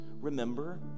remember